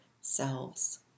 selves